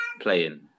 playing